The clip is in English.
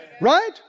Right